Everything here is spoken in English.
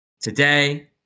today